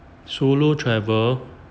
solo travel